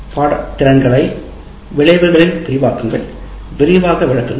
பாடத் திறன்களை விளைவுகளின் விரிவாக்கங்கள் விரிவாக விளக்குங்கள்